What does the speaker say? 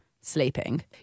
sleeping